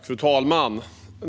Fru talman!